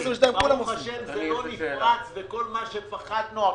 ברוך השם זה לא נפרץ וכל מה שפחדנו,